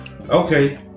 okay